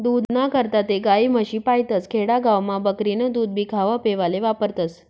दूधना करता ते गायी, म्हशी पायतस, खेडा गावमा बकरीनं दूधभी खावापेवाले वापरतस